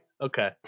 okay